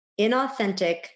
inauthentic